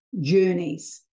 journeys